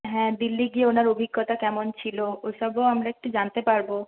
হ্যাঁ দিল্লি গিয়ে ওনার অভিজ্ঞতা কেমন ছিল ওইসবও আমরা একটু জানতে পারব